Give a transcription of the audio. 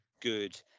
good